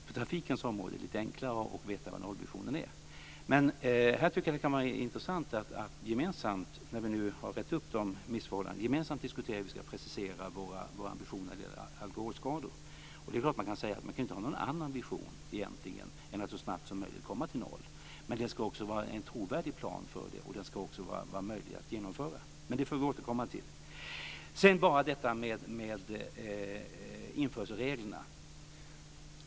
På trafikens område är det lite enklare att veta vad nollvisionen är. Jag tycker att det kan vara intressant att gemensamt, när vi nu har rett upp missförhållandena, diskutera hur vi ska kunna precisera våra ambitioner när det gäller alkoholskador. Man kan egentligen inte ha någon annan vision än att så snabbt som möjligt komma till noll - men det ska också vara en trovärdig plan för detta, som ska vara möjlig att genomföra. Men det får vi återkomma till. Nu går jag över till införselreglerna.